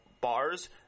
bars